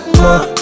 more